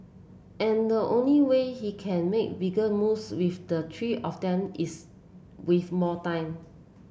and the only way he can make bigger moves with the three of them is with more time